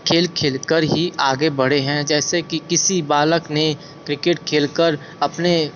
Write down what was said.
खेल खेलकर ही आगे बढ़े हैं जैसे कि किसी बालक ने क्रिकेट खेलकर अपने